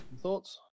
thoughts